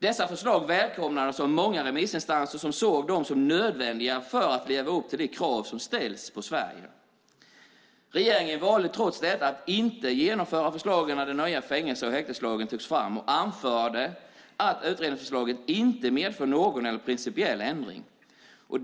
Dessa förslag välkomnades av många remissinstanser som såg dem som nödvändiga för att man ska leva upp till de krav som ställs på Sverige. Regeringen valde trots detta att inte genomföra förslagen när den nya fängelse och häkteslagen togs fram och anförde att utredningsförslaget inte medför någon principiell ändring.